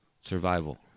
Survival